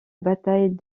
bataille